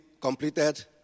completed